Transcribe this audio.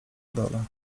dole